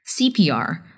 CPR